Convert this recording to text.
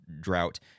drought